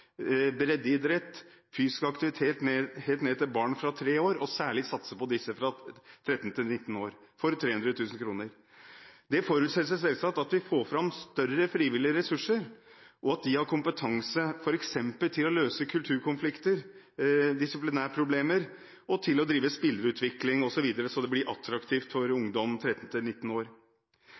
ned til 3 år, og særlig satse på de fra 13 til 19 år – for 300 000 kr. Det forutsetter selvsagt at vi får fram større frivillige ressurser, og at man har kompetanse f.eks. til å løse kulturkonflikter, disiplinærproblemer, og til å drive spillerutvikling osv. slik at det blir attraktivt for ungdom i alderen 13–19 år.